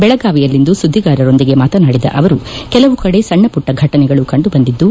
ಬೆಳಗಾವಿಯಲ್ಲಿಂದು ಸುದ್ದಿಗಾರರೊಂದಿಗೆ ಮಾತನಾಡಿದ ಅವರು ಕೆಲವು ಕಡೆ ಸಣ್ಣಶುಟ್ಟ ಫಟನೆಗಳು ಕಂಡುಬಂದಿದ್ದು